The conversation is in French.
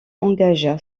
engagea